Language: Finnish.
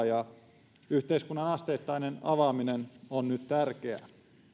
ja yhteiskunnan asteittainen avaaminen on nyt tärkeää